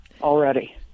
already